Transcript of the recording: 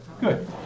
good